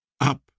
up